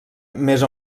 més